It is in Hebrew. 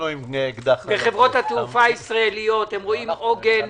בחברות התעופה הישראלית הם רואים עוגן